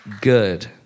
Good